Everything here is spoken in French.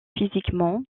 physiquement